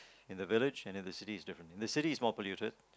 in the village and the city is different in the city is more polluted